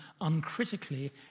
uncritically